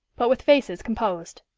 but with faces composed.